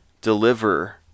Deliver